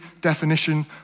definition